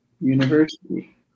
university